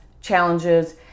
challenges